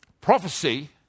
prophecy